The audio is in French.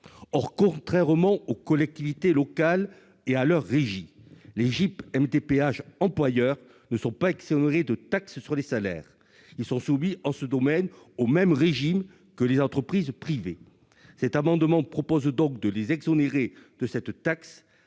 Or, contrairement aux collectivités territoriales et à leurs régies, les GIP MDPH employeurs ne sont pas exonérés de taxe sur les salaires ; ils sont soumis, dans ce domaine, au même régime que les entreprises privées. Le présent amendement vise à les exonérer de cette taxe,